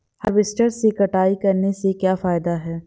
Harvester से कटाई करने से क्या फायदा है?